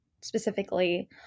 specifically